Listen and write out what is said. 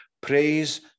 praise